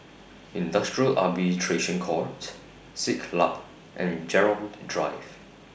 Industrial Arbitration Court Siglap and Gerald Drive